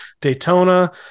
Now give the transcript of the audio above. Daytona